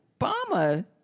Obama